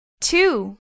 Two